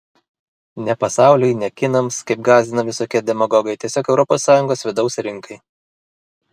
ne pasauliui ne kinams kaip gąsdina visokie demagogai tiesiog europos sąjungos vidaus rinkai